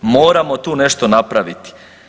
Moramo tu nešto napraviti.